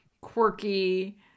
quirky